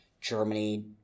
Germany